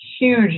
huge